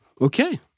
Okay